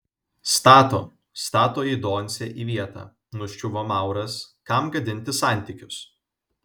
stato stato jį doncė į vietą nuščiuvo mauras kam gadinti santykius